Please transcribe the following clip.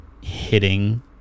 hitting